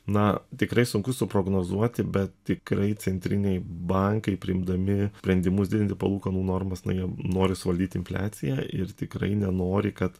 na tikrai sunku suprognozuoti bet tikrai centriniai bankai priimdami sprendimus didinti palūkanų normas na jie nori suvaldyti infliaciją ir tikrai nenori kad